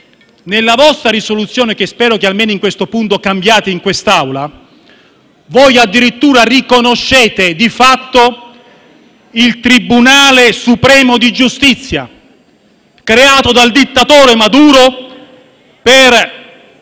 Nella vostra risoluzione - che spero, almeno in questo punto, cambierete in quest'Aula - di fatto riconoscete addirittura il Tribunale supremo di giustizia, creato dal dittatore Maduro per